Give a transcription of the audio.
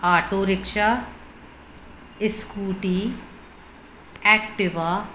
auto rickshaw scooty Activa